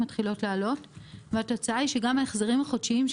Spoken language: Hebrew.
שזכה במחיר למשתכן.